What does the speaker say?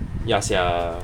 ya sia